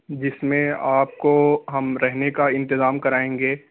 جس میں آپ کو ہم رہنے کا انتظام کرائیں گے